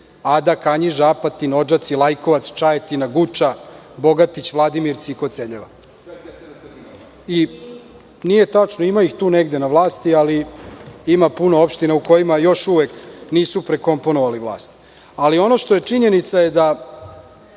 Ada, Kanjiža, Apatin, Odžaci, Lajkovac, Čajetina, Guča, Bogatić, Vladimirci i Koceljeva. Nije tačno, ima tu ih negde na vlasti, ali ima puno opština u kojima još uvek nisu prekomponovali vlast. Ali, činjenica je da,